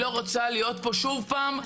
רוצה להיות פה שוב פעם.